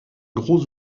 gros